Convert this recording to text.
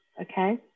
okay